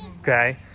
okay